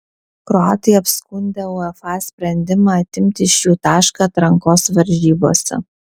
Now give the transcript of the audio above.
kroatai apskundė uefa sprendimą atimti iš jų tašką atrankos varžybose